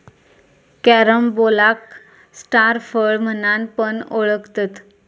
कॅरम्बोलाक स्टार फळ म्हणान पण ओळखतत